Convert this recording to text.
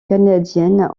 canadienne